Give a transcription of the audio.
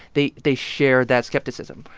they they share that skepticism.